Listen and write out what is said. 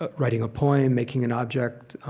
but writing a poem. making an object.